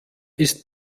ist